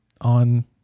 on